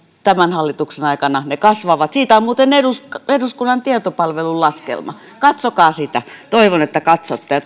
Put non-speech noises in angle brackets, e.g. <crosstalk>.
tämän hallituksen aikana ne kasvavat siitä on muuten eduskunnan eduskunnan tietopalvelun laskelma katsokaa sitä toivon että katsotte ja <unintelligible>